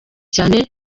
cyane